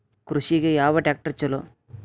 ಕೃಷಿಗ ಯಾವ ಟ್ರ್ಯಾಕ್ಟರ್ ಛಲೋ?